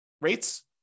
rates